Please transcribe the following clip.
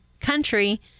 Country